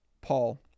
paul